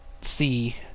see